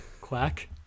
Quack